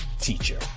teacher